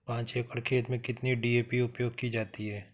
पाँच एकड़ खेत में कितनी डी.ए.पी उपयोग की जाती है?